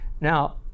Now